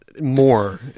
more